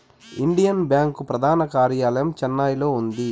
Indian bank ప్రధాన కార్యాలయం చెన్నైలో ఉంది